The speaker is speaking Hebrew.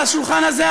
על השולחן הזה,